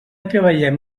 treballem